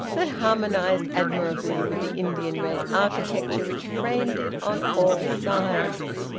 that harmonised admirably with the indian red architecture which framed it on all sides.